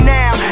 now